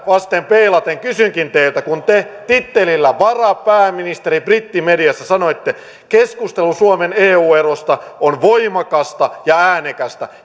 vasten peilaten kysynkin teiltä kun te tittelillä varapääministeri brittimediassa sanoitte että keskustelu suomen eu erosta on voimakasta ja äänekästä